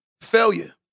failure